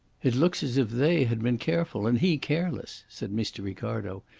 it looks as if they had been careful and he careless, said mr. ricardo,